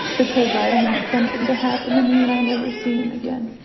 because i don't want something to happen to me and i never see him again.